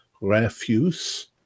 refuse